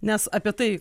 nes apie tai